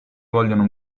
vogliono